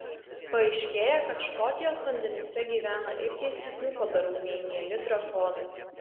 paaiškėja kad škotijos vandenyse gyvena ir keistesnių padarų nei mieli drakonai